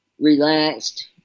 Relaxed